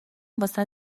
واست